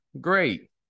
great